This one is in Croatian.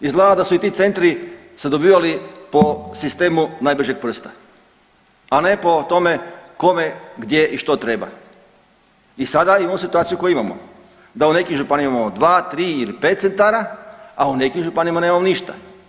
Izgleda da su i ti centri se dobivali po sistemu najbržeg prsta, a ne po tome kome, gdje i što treba i sada imamo situaciju koju imamo, da u nekim županijama imamo 2, 3 ili 5 centara, a u nekim županijama nemamo ništa.